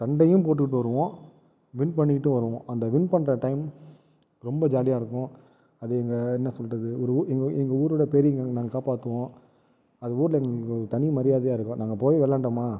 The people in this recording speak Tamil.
சண்டையும் போட்டுக்கிட்டு வருவோம் வின் பண்ணிக்கிட்டும் வருவோம் அந்த வின் பண்ணுற டைம் ரொம்ப ஜாலியாக இருக்கும் அது எங்கே என்ன சொல்றது ஒரு ஊர் எங்கள் ஊரோட பெயரையும் நாங்கள் காப்பாத்துவோம் அது ஊரில் எங்களுக்கு தனி மரியாதையாக இருக்கும் நாங்கள் போய் விளையான்டமா